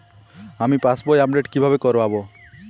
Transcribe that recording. আমি পাসবই আপডেট কিভাবে করাব?